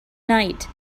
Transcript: night